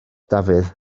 dafydd